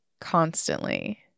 constantly